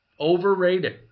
Overrated